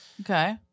okay